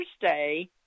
Thursday